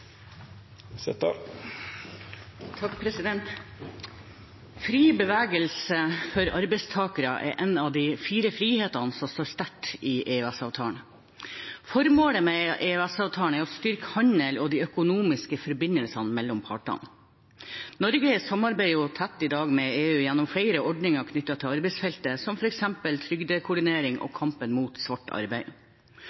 Fri bevegelse for arbeidstakere er en av de fire frihetene som står sterkt i EØS-avtalen. Formålet med EØS-avtalen er å styrke handel og de økonomiske forbindelsene mellom partene. Norge samarbeider i dag tett med EU gjennom flere ordninger knyttet til arbeidsfeltet, som f.eks. trygdekoordinering og